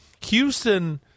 Houston